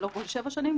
ולא כל שבע שנים,